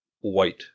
white